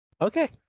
Okay